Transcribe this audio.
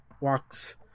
walks